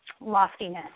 loftiness